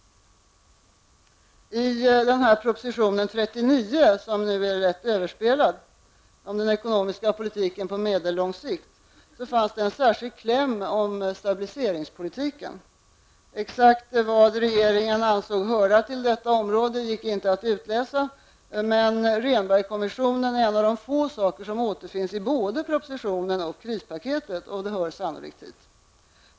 I regeringens proposition 39, som nu är rätt överspelad, om den ekonomiska politiken på medellång sikt fanns en särskild kläm om stabiliseringspolitiken. Exakt vad regeringen ansåg höra till detta område gick inte att utläsa, men Rehnberg-kommissionen är en av de få saker som återfinns i både propositionen och krispaketetet, och det hör sannolikt hit.